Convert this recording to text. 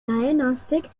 diagnostic